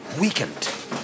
weakened